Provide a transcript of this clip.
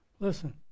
Listen